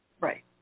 Right